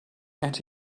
and